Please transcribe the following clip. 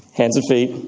hands and feet,